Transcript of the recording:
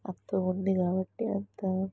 అర్థం ఉంది కాబట్టి అంత